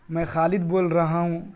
میں خالد بول رہا ہوں